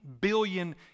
billion